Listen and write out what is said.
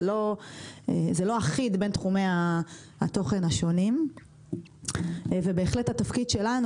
זה לא אחיד בין תחומי התוכן השונים ובהחלט התפקיד שלנו,